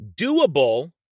doable